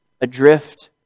adrift